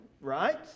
right